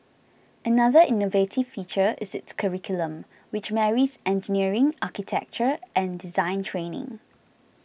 another innovative feature is its curriculum which marries engineering architecture and design training